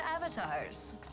avatars